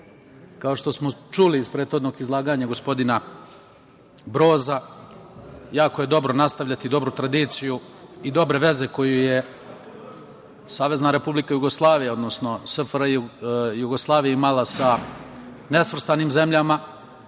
Kao što smo čuli iz prethodnog izlaganja gospodina Broza, jako je dobro nastavljati dobru tradiciju i dobre veze koje je SRJ, odnosno SFRJ imala sa nesvrstanim zemljama